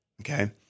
Okay